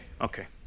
Okay